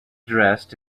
dressed